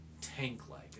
tank-like